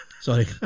sorry